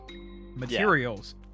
materials